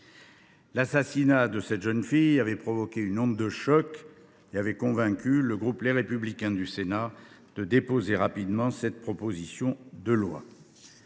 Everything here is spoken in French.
L’assassinat de cette jeune fille a provoqué une onde de choc en France et a convaincu le groupe Les Républicains du Sénat de déposer rapidement cette proposition de loi.